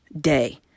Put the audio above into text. day